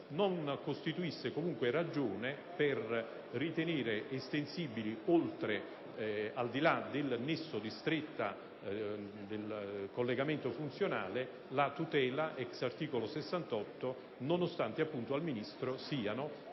non costituisse ragione per ritenere estensibile al di là del nesso di stretto collegamento funzionale la tutela *ex* articolo 68, nonostante, appunto, al Ministro sia,